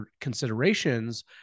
considerations